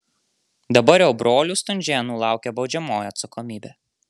dabar jau brolių stunžėnų laukia baudžiamoji atsakomybė